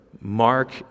Mark